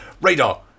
Radar